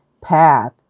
path